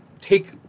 take